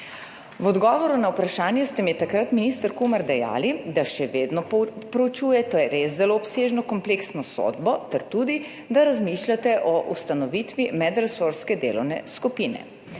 V odgovoru na vprašanje ste mi takrat, minister Kumer, dejali, da še vedno proučuje to res zelo obsežno, kompleksno sodbo, ter tudi, da razmišljate o ustanovitvi medresorske delovne skupine.